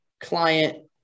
client